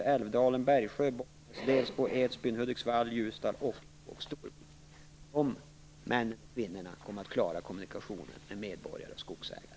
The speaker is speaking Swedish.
Männen och kvinnorna i dessa distrikt kommer att klara kommunikationen med medborgare och skogsägare.